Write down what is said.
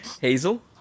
Hazel